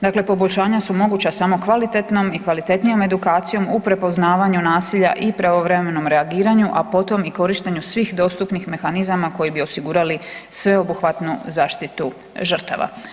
Dakle, poboljšanja su moguća samo kvalitetnom i kvalitetnijom edukcijom u prepoznavanju nasilja i pravovremenom reagiranju, a potom i korištenju svih dostupnih mehanizama koji bi osigurali sveobuhvatnu zaštitu žrtava.